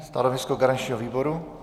Stanovisko garančního výboru?